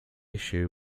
issue